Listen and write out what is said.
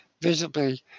visibly